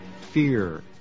fear